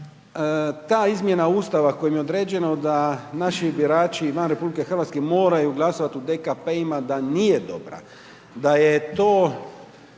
ta izmjena Ustava, kojem je određeno, da naši birači van RH, moraju glasovati u DKP-ima, da nije dobra.